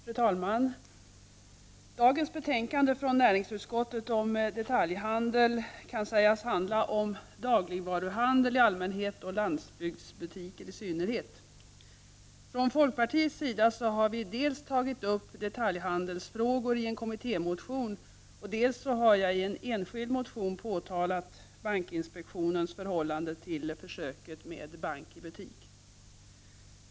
Fru talman! Dagens betänkande från näringsutskottet om detaljhandel kan sägas handla om dagligvaruhandel i allmänhet och landsbygdsbutiker i synnerhet. Dels har vi från folkpartiets sida tagit upp detaljhandelsfrågor i en kommittémotion, dels har jag i en enskild motion tagit upp bankinspektionens förhållande till försöket med ”bank i butik”.